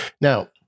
Now